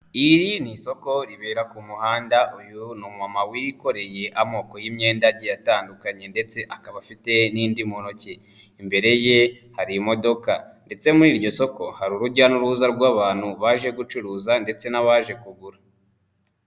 Iri ni isoko ribera ku muhanda, uyu ni umumama wikoreye amoko y'imyenda agiye atandukanye ndetse akaba afite n'indi mu ntoki, imbere ye hari imodoka ndetse muri iryo soko hari urujya n'uruza rw'abantu baje gucuruza ndetse n'abaje kugura.